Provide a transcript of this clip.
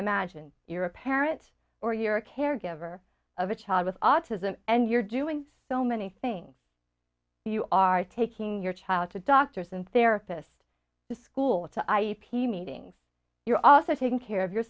imagine you're a parent or you're a caregiver of a child with autism and you're doing so many things you are taking your child to doctors and therapist to school to i u p d meetings you're also taking care of your